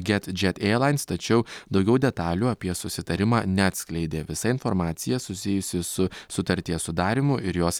get džet ierlains tačiau daugiau detalių apie susitarimą neatskleidė visa informacija susijusi su sutarties sudarymu ir jos